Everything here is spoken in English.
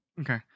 Okay